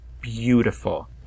beautiful